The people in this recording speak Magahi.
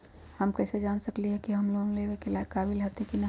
हम कईसे जान सकली ह कि हम लोन लेवे के काबिल हती कि न?